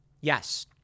Yes